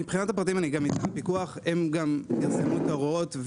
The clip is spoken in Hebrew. מבחינת הפיקוח הם יסבירו את ההוראות.